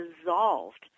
dissolved